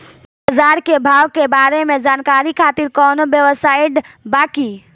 बाजार के भाव के बारे में जानकारी खातिर कवनो वेबसाइट बा की?